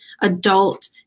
adult